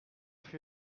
fut